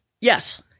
Yes